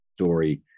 story